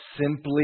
Simply